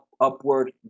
upward